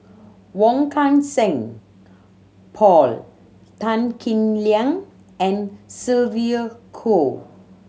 Wong Kan Seng Paul Tan Kim Liang and Sylvia Kho